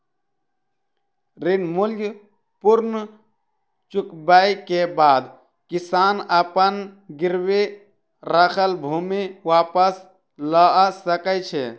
ऋण मूल्य पूर्ण चुकबै के बाद किसान अपन गिरवी राखल भूमि वापस लअ सकै छै